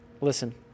Listen